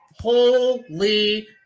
Holy